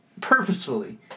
purposefully